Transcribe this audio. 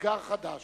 כאתגר חדש.